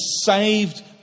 saved